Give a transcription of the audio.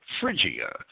Phrygia